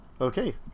Okay